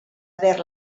haver